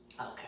Okay